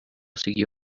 siguió